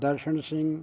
Darshan Singh